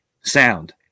sound